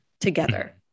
together